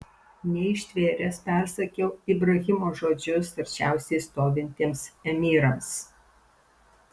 neištvėręs persakiau ibrahimo žodžius arčiausiai stovintiems emyrams